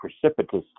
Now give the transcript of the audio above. precipitous